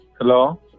Hello